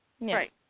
right